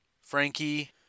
Frankie